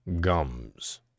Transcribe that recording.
gums